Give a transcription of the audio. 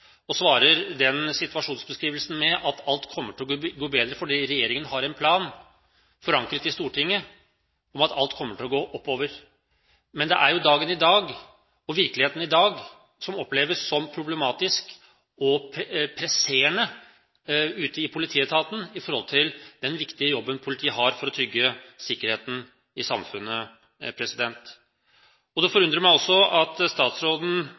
svarer på den situasjonsbeskrivelsen med at alt kommer til å gå bedre, for regjeringen har en plan, forankret i Stortinget, og at alt kommer til å gå oppover. Men det er jo dagen i dag, og virkeligheten i dag, som oppleves som problematisk og presserende ute i politietaten med tanke på den viktige jobben politiet har for å trygge sikkerheten i samfunnet. Det forundrer meg også at statsråden